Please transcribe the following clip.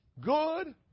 good